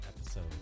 episode